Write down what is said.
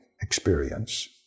experience